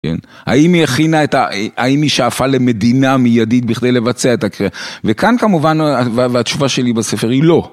כן? האם היא הכינה את ה... האם היא שאפה למדינה מיידית בכדי לבצע את הקריאה? וכאן כמובן, והתשובה שלי בספר היא לא.